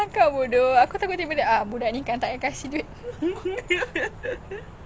I think so ya